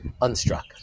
unstruck